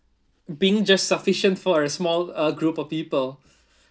being just sufficient for a small uh group of people